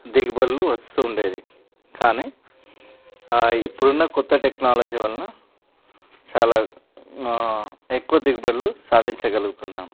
దిగుబడులు వస్తూ ఉండేవి కానీ ఇప్పుడున్న కొత్త టెక్నాలజీ వలన చాలా ఎక్కువ దిగుబడులు సాధించగలుగుతున్నాం